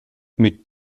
mit